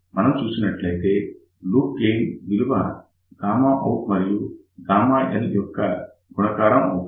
కాబట్టి మనం చూసినట్లయితే లూప్ గెయిన్ విలువ Γout మరియు l యొక్క గుణకారం అవుతుంది